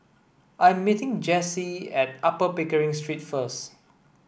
I'm meeting Jessee at Upper Pickering Street first